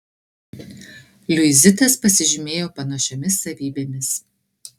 liuizitas pasižymėjo panašiomis savybėmis